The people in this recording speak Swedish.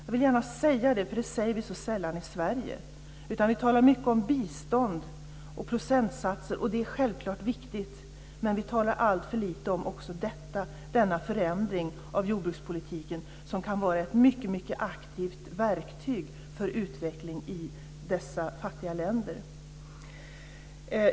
Jag vill gärna tala om det för det gör vi så sällan i Sverige, utan vi talar mycket om bistånd och procentsatser, och det är självklart viktigt. Men vi talar alltför lite om denna förändring av jordbrukspolitiken som kan vara ett mycket, mycket aktivt verktyg för utveckling i dessa fattiga länder.